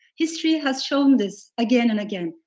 history has shown this again and again.